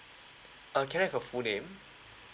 uh can I have your full name